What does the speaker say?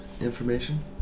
information